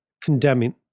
condemning